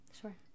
sure